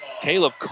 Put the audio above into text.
Caleb